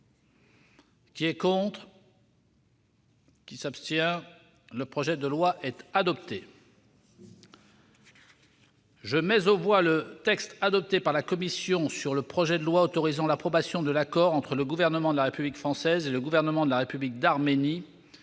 armées est favorable à l'adoption de ce texte. Je mets aux voix le texte adopté par la commission sur le projet de loi autorisant l'approbation de l'accord entre le Gouvernement de la République française et le Gouvernement de la République d'Arménie